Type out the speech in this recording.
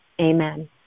Amen